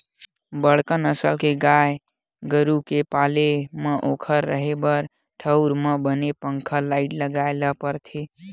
बड़का नसल के गाय गरू के पाले म ओखर रेहे के ठउर म बने पंखा, लाईट लगाए ल परथे